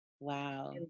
Wow